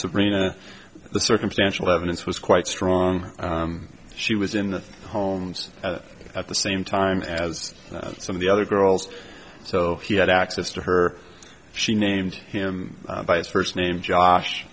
sabrina the circumstantial evidence was quite strong she was in holmes at the same time as some of the other girls so he had access to her she named him by his first name josh